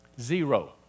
Zero